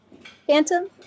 Phantom